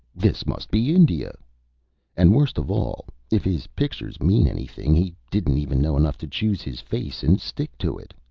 this must be india and worst of all, if his pictures mean anything, he didn't even know enough to choose his face and stick to it.